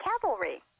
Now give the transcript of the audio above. cavalry